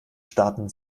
staaten